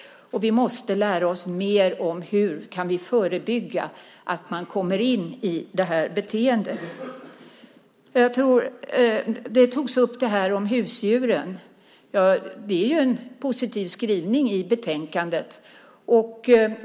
Vi måste lära oss mer om hur vi kan förebygga att man kommer in i det här beteendet. Frågan om husdjuren togs upp tidigare. Det är ju en positiv skrivning i betänkandet.